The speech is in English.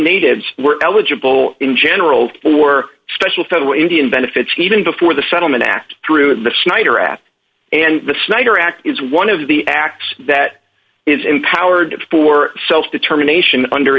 natives were eligible in general for special federal indian benefits even before the settlement act through the snyder at and the snyder act is one of the acts that is empowered for self determination under